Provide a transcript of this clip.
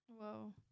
whoa